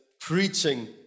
preaching